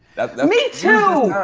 that's me too.